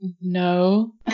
No